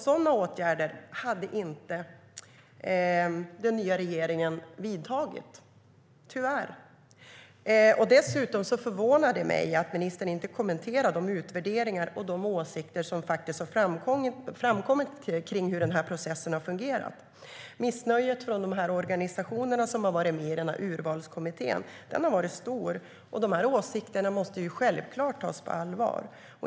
Sådana åtgärder har den nya regeringen inte vidtagit - tyvärr. Det förvånar mig att ministern inte kommenterar de utvärderingar och åsikter som faktiskt har framkommit om hur processen har fungerat. Missnöjet från organisationerna i urvalskommittén har varit stort. De åsikterna måste självklart tas på allvar.